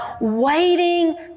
waiting